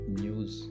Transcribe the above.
news